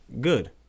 good